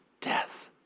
death